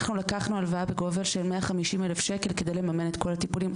אנחנו לקחנו הלוואה בגובה של 150,000 שקלים כדי לממן את כל הטיפולים.